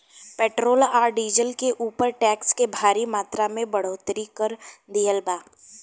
petrol आ diesel के ऊपर टैक्स के भारी मात्रा में बढ़ोतरी कर दीहल बा